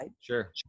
Sure